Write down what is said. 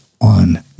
on